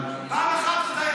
פעם אחת אתה, שנייה.